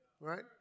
right